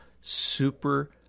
super